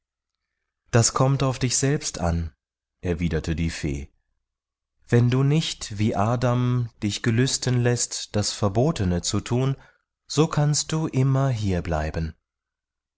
das kommt auf dich selbst an erwiderte die fee wenn du nicht wie adam dich gelüsten läßt das verbotene zu thun so kannst du immer hier bleiben